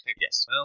Yes